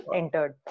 entered